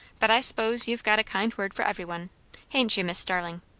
but i s'pose you've got a kind word for every one, ha'n't you, miss starling?